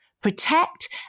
protect